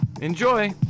Enjoy